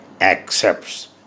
accepts